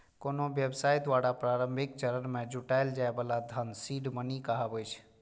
कोनो व्यवसाय द्वारा प्रारंभिक चरण मे जुटायल जाए बला धन सीड मनी कहाबै छै